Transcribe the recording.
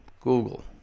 Google